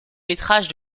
métrage